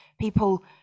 people